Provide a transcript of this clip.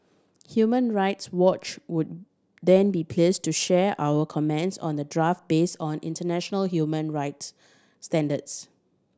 Human Rights Watch would then be please to share our comments on the draft base on international human rights standards